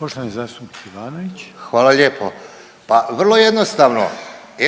**Ivanović, Goran (HDZ)** Hvala lijepo. Pa vrlo jednostavno,